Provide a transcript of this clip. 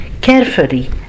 carefully